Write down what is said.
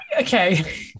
okay